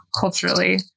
culturally